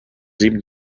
sieben